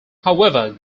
however